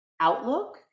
outlook